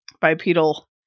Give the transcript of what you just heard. Bipedal